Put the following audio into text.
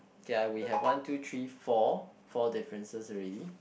k ah we have one two three four four differences already